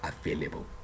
available